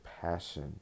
passion